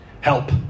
help